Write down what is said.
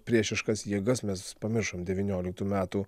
priešiškas jėgas mes pamiršome devynioliktų metų